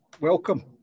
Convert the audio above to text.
Welcome